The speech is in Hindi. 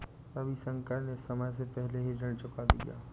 रविशंकर ने समय से पहले ही ऋण चुका दिया